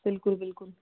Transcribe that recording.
ਬਿਲਕੁਲ ਬਿਲਕੁਲ